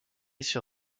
sur